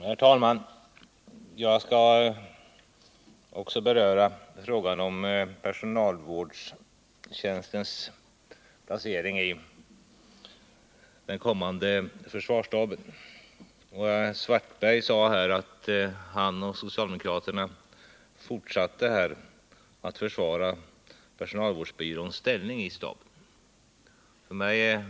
Herr talman! Jag skall också beröra frågan om personalvårdstjänstens placering i den kommande försvarsstaben. Karl-Erik Svartberg sade att han och socialdemokraterna fortsatte att försvara personalvårdsbyråns ställning i staben.